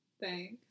Thanks